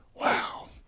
wow